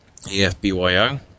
EFBYO